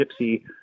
gypsy